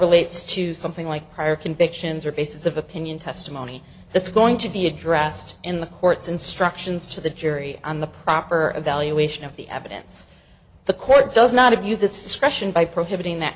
relates to something like prior convictions or bases of opinion testimony that's going to be addressed in the court's instructions to the jury on the proper evaluation of the evidence the court does not abuse its discretion by prohibiting that